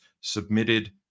submitted